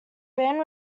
band